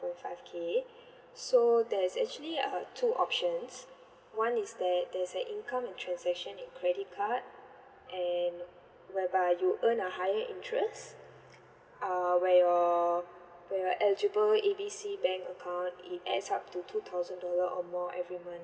point five K so there is actually uh two options one is that there's a income and transaction in credit card and whereby you earn a higher interest uh where your where your eligible A B C bank account it adds up to two thousand dollar or more every month